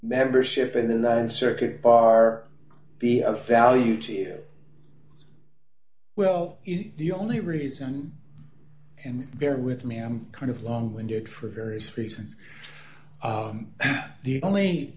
membership in the th circuit bar be of value to you well the only reason and bear with me i'm kind of long winded for various reasons the only